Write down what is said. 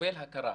שסובל הכרה,